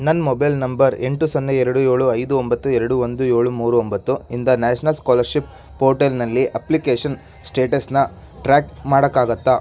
ನನ್ನ mobile number ಎಂಟು ಸೊನ್ನೆ ಎರಡು ಏಳು ಐದು ಒಂಬತ್ತು ಎರಡು ಒಂದು ಏಳು ಮೂರು ಒಂಬತ್ತು ಇಂದ ನ್ಯಾಷನಲ್ ಸ್ಕಾಲರ್ಶಿಪ್ ಪೋರ್ಟಲ್ನಲ್ಲಿ ಅಪ್ಲಿಕೇಷನ್ ಸ್ಟೇಟಸ್ನ ಟ್ರ್ಯಾಕ್ ಮಾಡೋಕ್ಕಾಗುತ್ತ